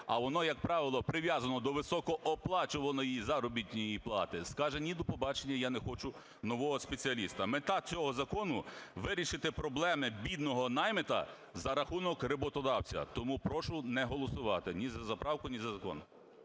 а воно, як правило, прив'язано до високооплачуваної заробітної плати, скаже: "Ні, до побачення, я не хочу нового спеціаліста". Мета цього закону – вирішити проблеми бідного наймита за рахунок роботодавця. Тому прошу не голосувати ні за правку, ні за закон.